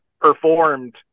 performed